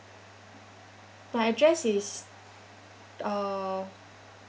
my address is uh